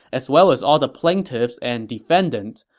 as well as all the plaintiffs and defendants.